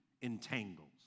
entangles